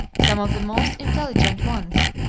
some of the most intelligent ones